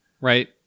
Right